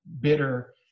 bitter